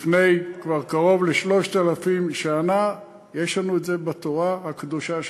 כבר לפני קרוב ל-3,000 שנה יש לנו בתורה הקדושה שלנו.